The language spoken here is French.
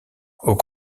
aux